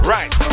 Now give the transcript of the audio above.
Right